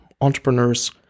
entrepreneurs